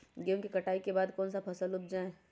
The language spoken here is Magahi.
गेंहू के कटाई के बाद कौन सा फसल उप जाए?